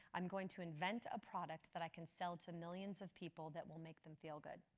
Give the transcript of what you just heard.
i'm going to invent a product that i can sell to millions of people that will make them feel good